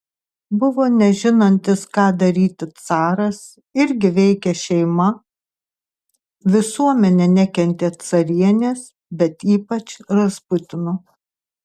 buvo nežinantis ką daryti caras irgi veikė šeima visuomenė nekentė carienės bet ypač rasputino